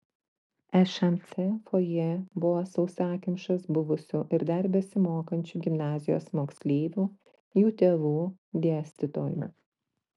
šmc fojė buvo sausakimšas buvusių ir dar besimokančių gimnazijos moksleivių jų tėvų dėstytojų